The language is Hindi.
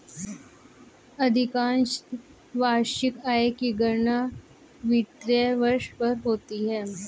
अधिकांशत वार्षिक आय की गणना वित्तीय वर्ष पर होती है